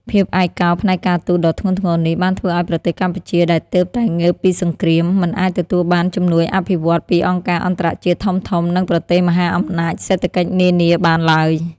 ភាពឯកោផ្នែកការទូតដ៏ធ្ងន់ធ្ងរនេះ បានធ្វើឱ្យប្រទេសកម្ពុជាដែលទើបតែងើបពីសង្គ្រាម មិនអាចទទួលបានជំនួយអភិវឌ្ឍន៍ពីអង្គការអន្តរជាតិធំៗ និងប្រទេសមហាអំណាចសេដ្ឋកិច្ចនានាបានឡើយ។